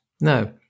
no